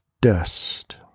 dust